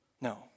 No